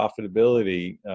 profitability